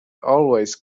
always